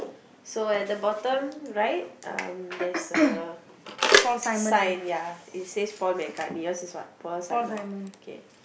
so at the bottom right um there's a sign ya it says Paul-McCartney yours is what Paul-Simon okay